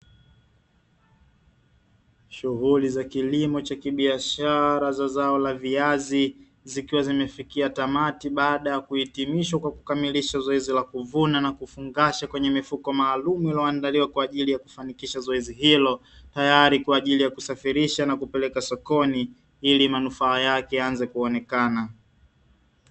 Shughuli za kilimo cha kibiashara za zao la viazi zikiwa zimefika tamati baada ya kuhitimishwa kwa zoezi la kuvunwa na kufungashwa katika mifuko maalumu, kwa ajili ya kufanikisha zoezi hilo tayari kwa ajili ya kusafirisha na kupeleka sokoni ili manufaa yake yaanze kuonekana.